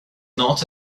not